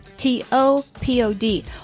T-O-P-O-D